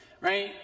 right